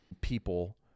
people